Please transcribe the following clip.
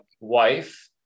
wife